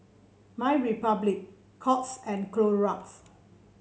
MyRepublic Courts and Clorox